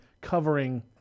covering